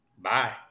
Bye